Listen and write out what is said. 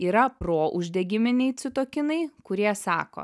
yra prouždegiminiai citokinai kurie sako